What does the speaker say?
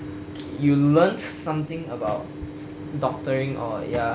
you learn something about doctoring or ya